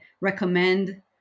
recommend